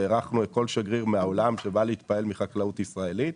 ארחנו כל שגריר מהעולם שבא להתפעל מחקלאות ישראלית.